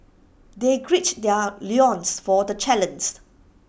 they gird their loins for the challenged